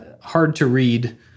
hard-to-read